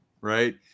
right